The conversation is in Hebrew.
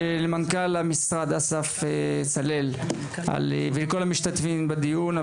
למנכ"ל המשרד אסף צלאל ולכל המשתתפים בדיון.